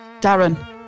Darren